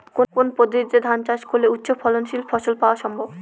কোন পদ্ধতিতে ধান চাষ করলে উচ্চফলনশীল ফসল পাওয়া সম্ভব?